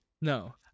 no